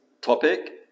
topic